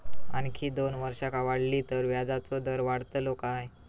आणखी दोन वर्षा वाढली तर व्याजाचो दर वाढतलो काय?